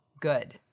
good